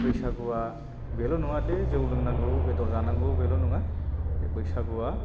बैसागुआ बेल' नङादे जौ लोंनांगौ बेदर जानांगौ बेल' नङा बे बैसागुआ